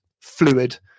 fluid